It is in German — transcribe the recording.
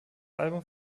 album